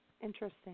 Interesting